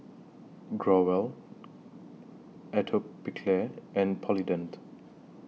Growell Atopiclair and Polident